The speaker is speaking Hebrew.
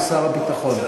לשר הביטחון.